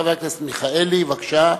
חבר הכנסת מיכאלי, בבקשה.